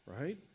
right